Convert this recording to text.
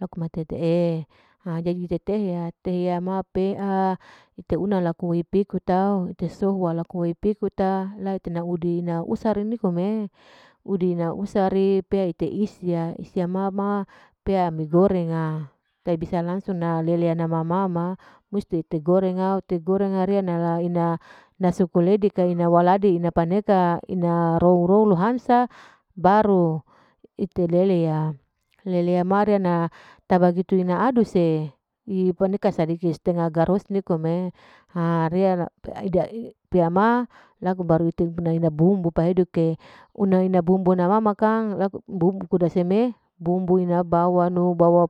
Laku mati hete e'i etehya, etehya ma pea ete una laku pikutao ite soal laku pikuta la itena udina, la utena ina usera nikome, udina lausari ipea ite esia, esia pea mama pea mi gorenga tahi bisa langsung mama musti te goreng, tei ou, tei goreng riya nala iya, na sekuledi laneka ina rowo rowo lohansa ite leleya, mari yan ata bagitu una aduse, ih paneka riya nikome ha pea ha rea laku baru bumbu peduke, una ina bumbu, bumbu ina bawa